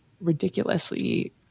ridiculously